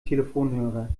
telefonhörer